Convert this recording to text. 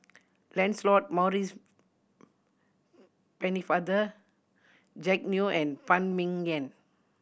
Lancelot Maurice Pennefather Jack Neo and Phan Ming Yen